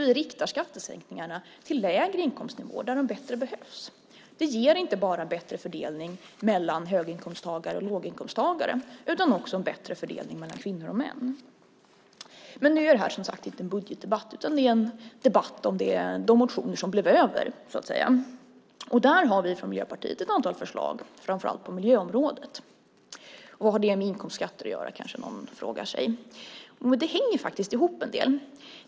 Vi riktar skattesänkningarna till dem med lägre inkomstnivåer, där de bättre behövs. Det ger inte bara en bättre fördelning mellan höginkomsttagare och låginkomsttagare utan också en bättre fördelning mellan kvinnor och män. Men nu är det här som sagt ingen budgetdebatt, utan det är en debatt om de motioner som blev över så att säga. Där har vi från Miljöpartiet ett antal förslag på framför allt miljöområdet. Vad har det med inkomstskatter att göra, kanske någon frågar sig. Men det hänger faktiskt ihop en del.